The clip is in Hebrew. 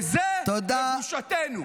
זה לבושתנו.